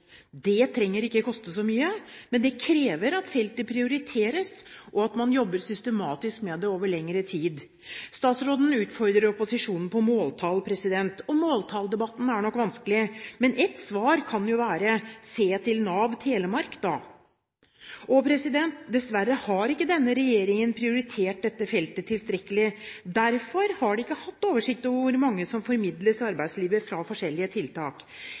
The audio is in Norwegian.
Det trenger ikke å koste så mye, men det krever at feltet prioriteres, og at man jobber systematisk med det over lengre tid. Statstråden utfordrer opposisjonen på måltall. Måltalldebatten er nok vanskelig, men et svar kan jo være: Se til Nav Telemark! Dessverre har ikke denne regjeringen prioritert dette feltet tilstrekkelig. Derfor har de ikke hatt oversikt over hvor mange som formidles til arbeidslivet fra forskjellige tiltak.